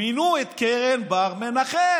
מינו את קרן בר-מנחם,